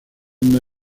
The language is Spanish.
una